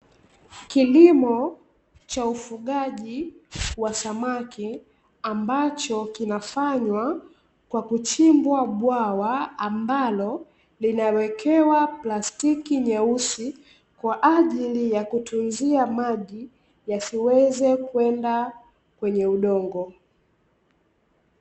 Kilimo cha ufugaji wa samaki, ambacho kinafanywa kwa kuchimbwa bwawa ambalo linawekewa plastiki nyeusi kwa ajili ya kutunzia maji, yasiweze kwenda kwenye udongo.